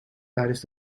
tijdens